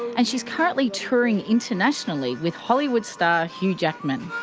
and she's currently touring winternationally with hollywood star hugh jackman.